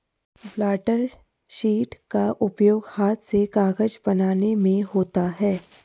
blotter sheet का उपयोग हाथ से कागज बनाने में होता है